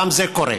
גם זה קורה.